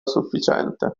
sufficiente